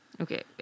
Okay